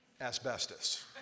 Asbestos